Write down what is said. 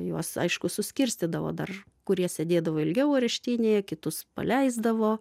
juos aišku suskirstydavo dar kurie sėdėdavo ilgiau areštinėje kitus paleisdavo